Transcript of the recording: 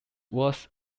was